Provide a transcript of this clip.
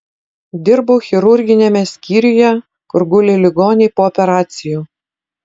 dirbau chirurginiame skyriuje kur guli ligoniai po operacijų